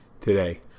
today